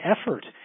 effort